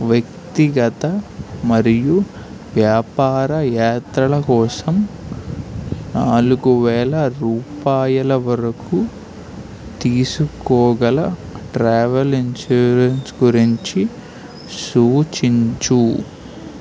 వ్యక్తిగత మరియు వ్యాపార యాత్రల కోసం నాలుగు వేల రూపాయల వరకు తీసుకోగల ట్రావెల్ ఇన్షూరెన్స్ గురించి సూచించు